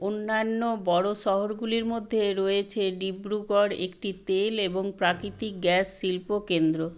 অন্যান্য বড়ো শহরগুলির মধ্যে রয়েছে ডিব্রুগড় একটি তেল এবং প্রাকৃতিক গ্যাস শিল্প কেন্দ্র